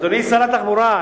אדוני שר התחבורה,